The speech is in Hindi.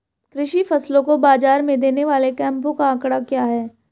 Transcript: कृषि फसलों को बाज़ार में देने वाले कैंपों का आंकड़ा क्या है?